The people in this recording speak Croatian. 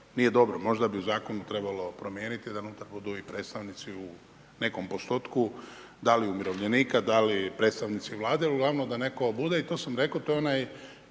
nije dobro, možda bi u zakonu trebalo promijeniti da …/Govornik se ne razumije./… i predstavnici u nekom postotku, da li umirovljenika, da li predstavnici Vlade, glavno da netko bude i to sam rekao, to je onaj